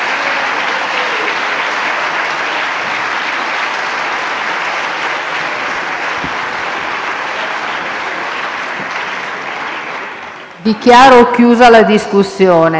Dichiaro chiusa la discussione.